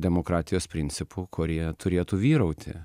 demokratijos principų kurie turėtų vyrauti